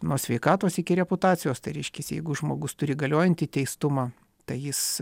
nuo sveikatos iki reputacijos tai reiškiasi jeigu žmogus turi galiojantį teistumą tai jis